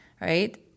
Right